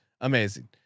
amazing